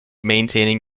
maintaining